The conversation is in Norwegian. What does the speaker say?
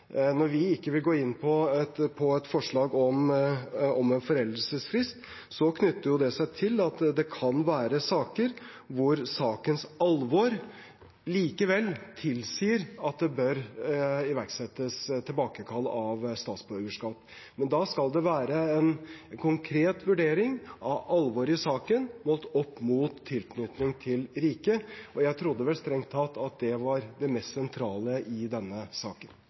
Når vi ikke vil gå inn for et forslag om en foreldelsesfrist, knytter det seg til at det kan være saker hvor sakens alvor likevel tilsier at det bør iverksettes tilbakekall av statsborgerskap, men da skal det være en konkret vurdering av alvoret i saken målt opp mot tilknytning til riket. Jeg trodde vel strengt tatt at det var det mest sentrale i denne saken.